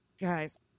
guys